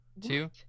two